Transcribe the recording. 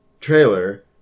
trailer